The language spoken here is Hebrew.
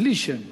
בלי שם אפילו.